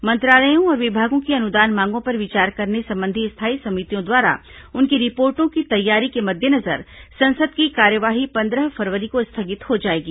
मंत्रालयों और विभागों की अनुदान मांगों पर विचार करने संबंधी स्थायी समितियों द्वारा उनकी रिपोर्टों की तैयारी के मद्देनजर संसद की कार्यवाही पंद्रह फरवरी को स्थगित हो जाएगी